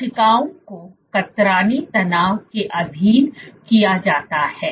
कोशिकाओं को कतरनी तनाव के अधीन किया जाता है